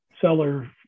seller